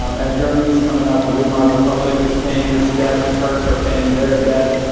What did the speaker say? um as germany is coming out, the weimar republic is paying its debt, the turks are paying their debt,